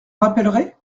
rappellerez